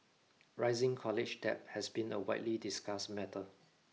rising college debt has been a widely discussed matter